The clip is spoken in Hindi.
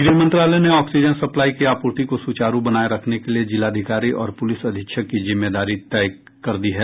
गृह मंत्रालय ने ऑक्सीजन सप्लाई की आपूर्ति को सुचारू बनाये रखने के लिए जिलाधिकारी और पुलिस अधीक्षक की जिम्मेदारी तय कर दी है